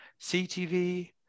CTV